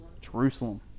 Jerusalem